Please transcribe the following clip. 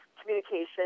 communication